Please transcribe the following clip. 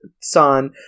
son